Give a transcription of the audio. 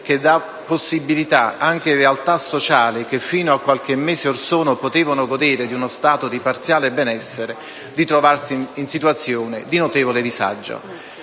che rende possibile, anche per realtà sociali che fino a qualche mese or sono potevano godere di uno stato di parziale benessere, di trovarsi in situazione di notevole disagio.